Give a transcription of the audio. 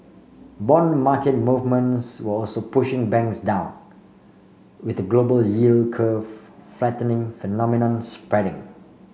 bond market movements were also pushing banks down with a global yield curve flattening phenomenon spreading